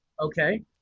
Okay